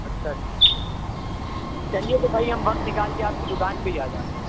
اچھا چلیے تو بھائی ہم وقت نکال کے آپ کی دکان پہ ہی آ جاتے ہیں